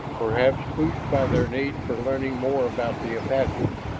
perhaps, pushed by their need for learning more about the apaches,